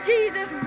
Jesus